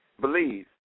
believe